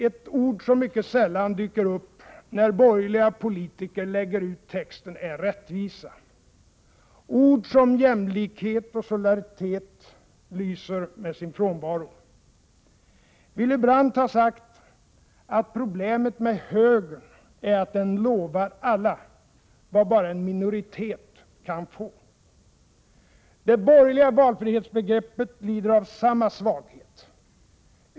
Ett ord som mycket sällan dyker upp när borgerliga politiker lägger ut texten är ”rättvisa”. Ord som ”jämlikhet” och ”solidaritet” lyser med sin frånvaro. Willy Brandt har sagt att problemet med högern är att den lovar alla vad bara en minoritet kan få. Det borgerliga valfrihetsbegreppet lider av samma svaghet.